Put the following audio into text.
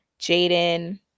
Jaden